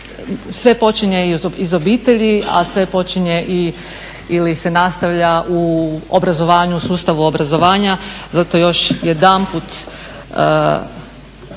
sve počinje iz obitelji a sve počinje i ili se nastavlja u obrazovanju, sustavu obrazovanja. Zato još jedanput